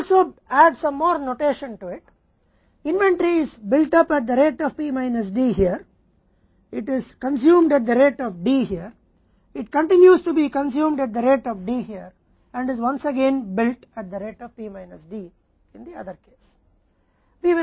आइए हम इसमें कुछ और संकेतन भी जोड़ते हैं इन्वेंट्री का निर्माण P माइनस D की दर से किया जाता है यहाँ D की दर से खपत की जाती है यहाँ D की दर से खपत होती रहती है और एक बार फिर से इसका निर्माण अन्य मामले में P माइनस D की दर किया जाता है